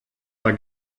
war